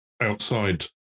outside